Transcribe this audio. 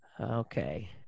Okay